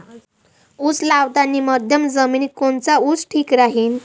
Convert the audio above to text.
उस लावतानी मध्यम जमिनीत कोनचा ऊस ठीक राहीन?